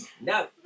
No